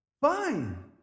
Fine